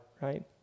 right